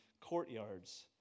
courtyards